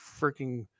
freaking –